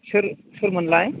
सोर सोरमोनलाय